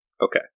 Okay